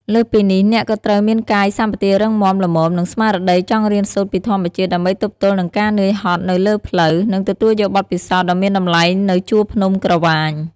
លើសពីនេះអ្នកក៏ត្រូវមានកាយសម្បទារឹងមាំល្មម និងស្មារតីចង់រៀនសូត្រពីធម្មជាតិ ដើម្បីទប់ទល់នឹងការនឿយហត់នៅលើផ្លូវ និងទទួលយកបទពិសោធន៍ដ៏មានតម្លៃនៅជួរភ្នំក្រវាញ។